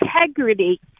integrity